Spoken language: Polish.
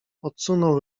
odsunął